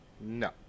No